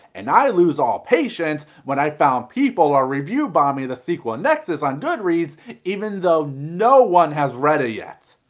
and i lose all patience when i found people are review bombing the sequel, nexas, on goodreads even though no one has read it yet.